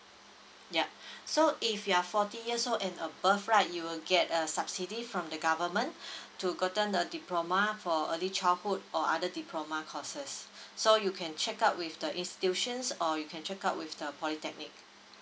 yup so if you are forty years old and above right you will get a subsidy from the government to gotten the diploma for early childhood or other diploma courses so you can check out with the institutions or you can check out with the polytechnic